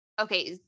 Okay